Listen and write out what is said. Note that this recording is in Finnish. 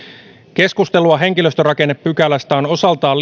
keskustelua henkilöstörakennepykälästä on osaltaan